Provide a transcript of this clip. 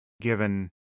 given